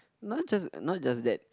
not just not just that